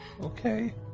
Okay